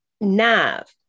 NAV